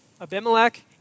Abimelech